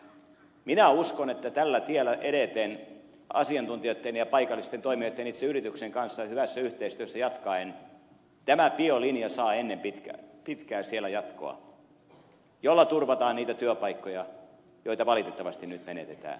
minä uskon että tällä tiellä edeten asiantuntijoitten ja paikallisten toimijoitten itse yrityksen kanssa hyvässä yhteistyössä jatkaen tämä biolinja saa ennen pitkää siellä jatkoa jolla turvataan niitä työpaikkoja joita valitettavasti nyt menetetään